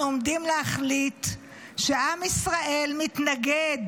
אנחנו עומדים להחליט שעם ישראל מתנגד